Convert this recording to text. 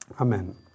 Amen